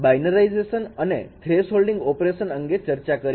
તેમાં બાઈનરાયઝેશન અને thresholding operation અંગે ચર્ચા કરી